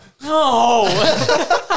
No